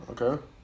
Okay